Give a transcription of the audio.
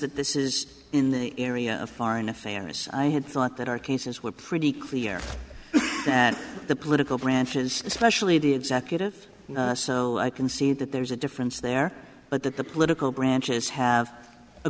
that this is in the area of foreign affairs i had thought that our cases were pretty clear that the political branches especially the executive so i can see that there's a difference there but that the political branches have a